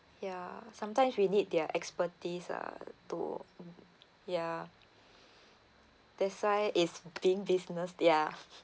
ya sometimes we need their expertise ah to ya that's why is being business ya